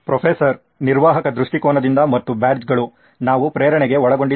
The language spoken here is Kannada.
ಪ್ರೊಫೆಸರ್ ನಿರ್ವಾಹಕ ದೃಷ್ಟಿಕೋನದಿಂದ ಮತ್ತು ಬ್ಯಾಡ್ಜ್ ಗಳು ನಾವು ಪ್ರೇರಣೆಗೆ ಒಳಗೊಂಡಿದ್ದೇವೆ